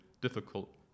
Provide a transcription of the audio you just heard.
difficult